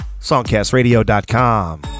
SongcastRadio.com